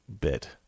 bit